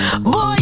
Boy